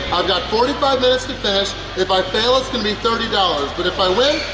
i've got forty five minutes to finish, if i fail it's gonna be thirty dollars. but if i win,